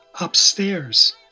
upstairs